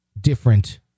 different